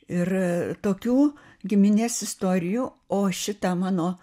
ir tokių giminės istorijų o šitą mano